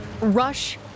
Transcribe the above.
rush